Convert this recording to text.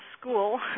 school